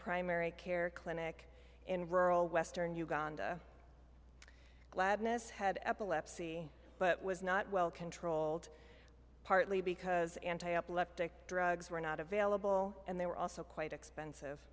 primary care clinic in rural western uganda gladness had epilepsy but was not well controlled partly because anti epileptic drugs were not available and they were also quite expensive